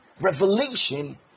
revelation